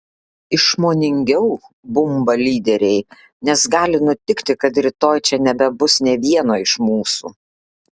išmoningiau bumba lyderiai nes gali nutikti kad rytoj čia nebebus nė vieno iš mūsų